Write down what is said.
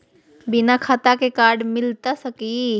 बिना खाता के कार्ड मिलता सकी?